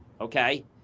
okay